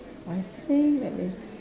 I think let me s~